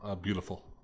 beautiful